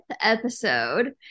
episode